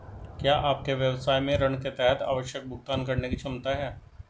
क्या आपके व्यवसाय में ऋण के तहत आवश्यक भुगतान करने की क्षमता है?